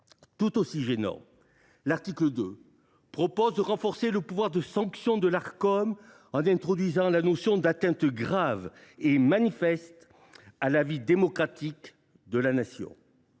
tout autant de réserves. Il renforce le pouvoir de sanction de l’Arcom en introduisant la notion d’atteinte grave et manifeste à la vie démocratique de la Nation.